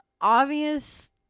obvious